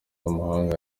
w’umuhanga